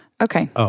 Okay